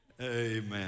Amen